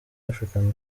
african